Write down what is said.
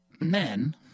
men